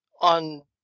on